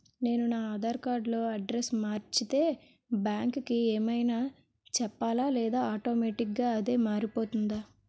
నేను నా ఆధార్ కార్డ్ లో అడ్రెస్స్ మార్చితే బ్యాంక్ కి ఏమైనా చెప్పాలా లేదా ఆటోమేటిక్గా అదే మారిపోతుందా?